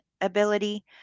ability